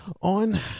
on